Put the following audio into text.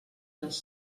les